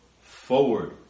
forward